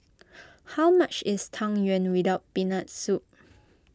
how much is Tang Yuen with Peanut Soup